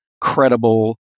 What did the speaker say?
credible